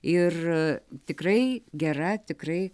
ir tikrai gera tikrai